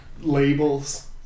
labels